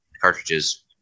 cartridges